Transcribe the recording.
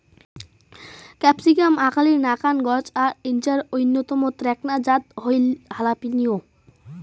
capsicum আকালির নাকান গছ আর ইঞার অইন্যতম এ্যাকনা জাত হইল হালাপিনিও